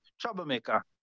troublemaker